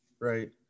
right